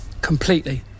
Completely